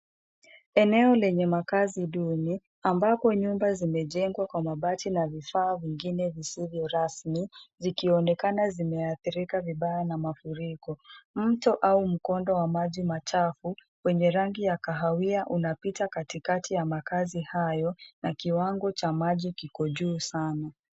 Eneo lenye makaazi duni ambapo nyumba zimejengwa kwa mabati na vifaa vingine visisvyo rasmi vikionekana vimeathirika vibaya na mafuriko. Mto au mkondo wa maji wenye rangi ya kahawia unapita katikati ya makaazi hayo na kiwango cha maji kiko juu sana.